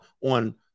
on